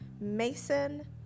Mason